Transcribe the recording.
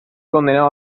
condenado